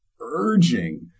urging